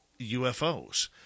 UFOs